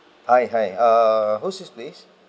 hi hi err who's this please